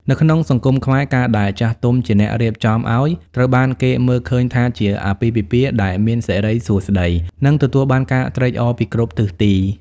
នៅក្នុងសង្គមខ្មែរ ការដែលចាស់ទុំជាអ្នករៀបចំឱ្យ ត្រូវបានគេមើលឃើញថាជា "អាពាហ៍ពិពាហ៍ដែលមានសិរីសួស្តី" និងទទួលបានការត្រេកអរពីគ្រប់ទិសទី។